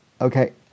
okay